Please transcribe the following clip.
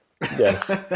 Yes